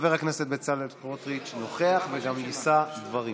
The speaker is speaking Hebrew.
חבר הכנסת בצלאל סמוטריץ' נוכח וגם יישא דברים.